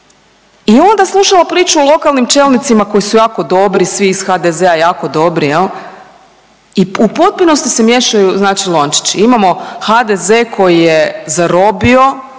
i onda slušamo priču o lokalnim čelnicima koji su jako dobri svi iz HDZ-a jako dobri i u potpunosti se miješaju znači lončići. Imamo HDZ koji je zarobio